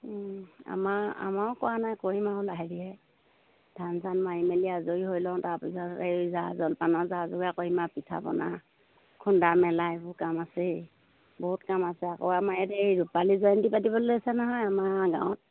আমাৰ আমাৰো কৰা নাই কৰিম আৰু লাহে ধীৰে ধান চান মাৰি মেলি আজৰি হৈ লওঁ তাৰ পিছত এই জা জলপানৰ যা যোগাৰ কৰিম আৰু পিঠা পনা খুন্দা মেলা এইবোৰ কাম আছেই বহুত কাম আছে আকৌ আমাৰ এই এই ৰূপালী জয়ন্তী পাতিবলৈ লৈছে নহয় আমাৰ গাঁৱত